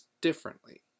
differently